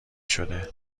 شده